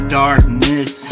darkness